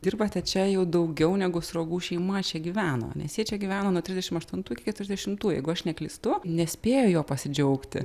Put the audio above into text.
dirbate čia jau daugiau negu sruogų šeima čia gyveno nes jie čia gyveno nuo trisdešim aštuntų iki keturiasdešimtų jeigu aš neklystu nespėjo juo pasidžiaugti